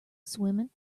swimming